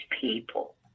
people